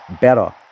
better